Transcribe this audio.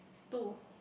two